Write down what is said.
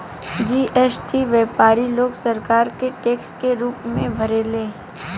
GST व्यापारी लोग सरकार के टैक्स के रूप में भरेले